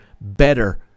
better